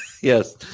Yes